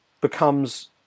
becomes